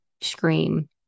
scream